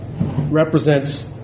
represents